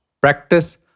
practice